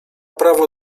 prawo